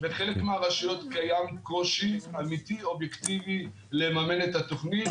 בחלק מהרשויות קיים קושי אמיתי אובייקטיבי לממן את התוכנית.